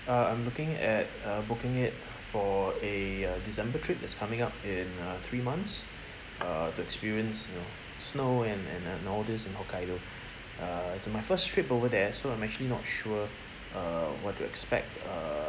uh I'm looking at uh booking it for a uh december trip that's coming up in uh three months uh to experience you know snow and and and all this in hokkaido err it's my first trip over there so I'm actually not sure uh what to expect err